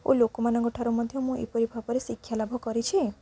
ଓ ଲୋକମାନଙ୍କ ଠାରୁ ମଧ୍ୟ ମୁଁ ଏପରି ଭାବରେ ଶିକ୍ଷା ଲାଭ କରିଛି